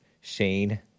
Shane